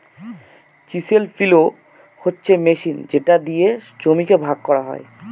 chisel plough হচ্ছে machine যেটা দিয়ে জমিকে ভাগ করা হয়